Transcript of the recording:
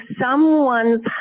someone's